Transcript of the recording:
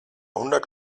hundert